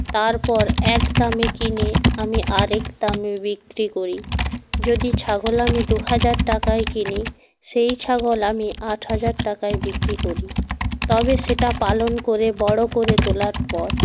তারপর একদামে কিনে আমি আরেক দামে বিক্রি করি যদি ছাগল আমি দু হাজার টাকায় কিনি সেই ছাগল আমি আট হাজার টাকায় বিক্রি করি তবে সেটা পালন করে বড়ো করে তোলার পর